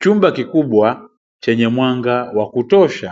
Chumba kikubwa chenye mwanga wa kutosha,